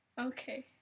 Okay